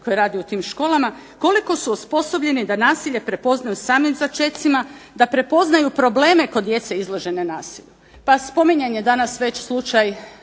koje radi u tim školama koliko su osposobljeni da nasilje prepoznaju u samim začecima, da prepoznaju probleme kod djece izložene nasilju. Spominjan je već danas slučaj